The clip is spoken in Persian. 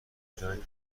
جای